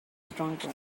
strongly